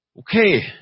Okay